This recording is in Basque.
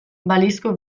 balizko